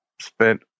spent